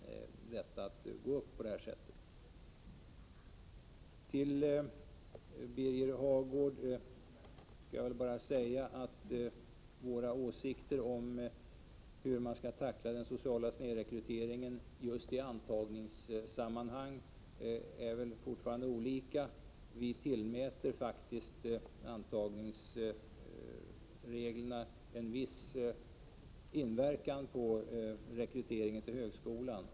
Till Birger Hagård vill jag bara säga att våra åsikter om hur man skall tackla den sociala snedrekryteringen just i antagningssammanhang fortfarande är olika. Vi anser faktiskt att antagningsreglerna har en viss inverkan på rekryteringen till högskolan.